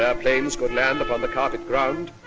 ah planes could land upon the carpet ground,